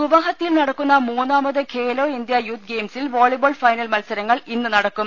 ഗുവഹത്തിയിൽ നടക്കുന്ന മൂന്നാമത് Khelo India youth ഗെയിംസിൽ വോളിബോൾ ഫൈനൽ മത്സരങ്ങൾ ഇന്ന് നടക്കും